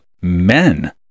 men